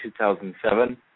2007